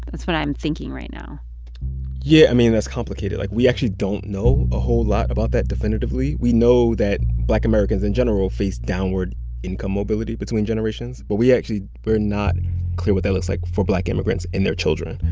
that's what i'm thinking right now yeah. i mean, that's complicated. like, we actually don't know a whole lot about that definitively. we know that black americans in general face downward income mobility between generations. but we actually we're not clear what that looks like for black immigrants and their children.